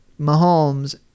Mahomes